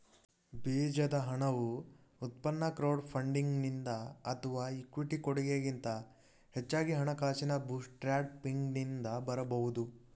ಬೀಜದ ಹಣವು ಉತ್ಪನ್ನ ಕ್ರೌಡ್ ಫಂಡಿಂಗ್ನಿಂದ ಅಥವಾ ಇಕ್ವಿಟಿ ಕೊಡಗೆ ಗಿಂತ ಹೆಚ್ಚಾಗಿ ಹಣಕಾಸಿನ ಬೂಟ್ಸ್ಟ್ರ್ಯಾಪಿಂಗ್ನಿಂದ ಬರಬಹುದು